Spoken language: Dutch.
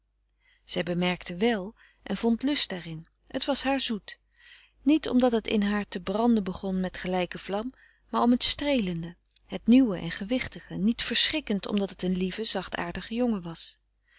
zij bemerkte wèl en vond lust daarin het was haar zoet niet omdat het in haar te branden begon met gelijke vlam maar om het streelende het nieuwe en gewichtige niet verschrikkend omdat het een lieve zachtaardige jongen was